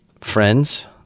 friends